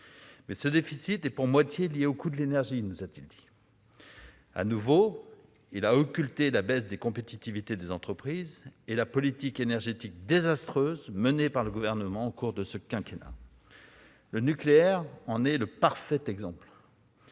mais qu'il était pour moitié lié à la hausse du coût de l'énergie. Il a de nouveau occulté la baisse de compétitivité des entreprises et la politique énergétique désastreuse menée par le Gouvernement au cours de ce quinquennat. Le nucléaire en est le parfait exemple.